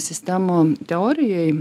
sistemų teorijoj